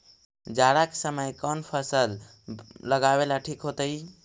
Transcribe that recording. जाड़ा के समय कौन फसल लगावेला ठिक होतइ?